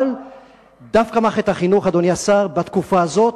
אבל דווקא מערכת החינוך, אדוני השר, בתקופה הזאת,